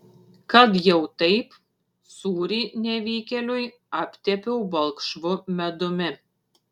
kad jau taip sūrį nevykėliui aptepiau balkšvu medumi